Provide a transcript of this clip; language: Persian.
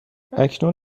اکنون